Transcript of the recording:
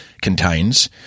contains